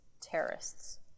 terrorists